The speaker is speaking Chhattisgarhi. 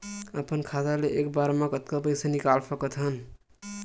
अपन खाता ले एक बार मा कतका पईसा निकाल सकत हन?